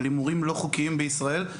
על הימורים לא חוקיים בישראל,